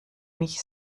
mich